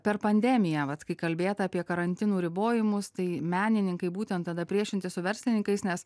per pandemiją vat kai kalbėta apie karantinų ribojimus tai menininkai būtent tada priešinti su verslininkais nes